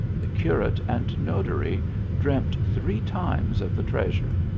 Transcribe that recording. the curate and notary dreamt three times of the treasure,